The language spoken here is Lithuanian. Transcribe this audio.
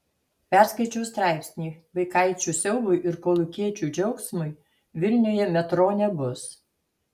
perskaičiau straipsnį vaikaičių siaubui ir kolūkiečių džiaugsmui vilniuje metro nebus